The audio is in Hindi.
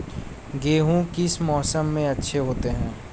गेहूँ किस मौसम में अच्छे होते हैं?